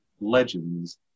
legends